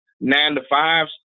nine-to-fives